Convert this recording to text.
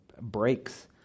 breaks